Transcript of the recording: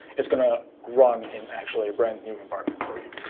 it's going to run in actually a brand new environment for you.